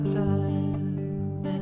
time